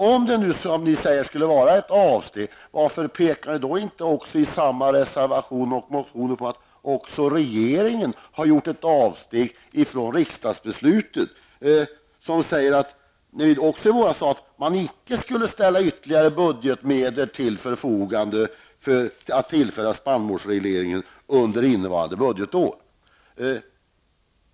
Om det nu skulle vara, som ni säger, ett avsteg, varför pekade ni inte i samma reservation på att också regeringen har gjort ett avsteg från riksdagsbeslutet. Det sades också att man inte skulle ställa ytterligare budgetmedel till förfogande för spannmålsreglering under innevarande budgetår.